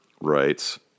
writes